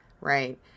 right